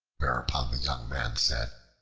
whereupon the young man said,